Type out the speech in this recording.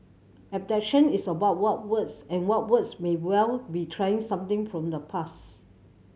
is about what was and what was may well be trying something from the past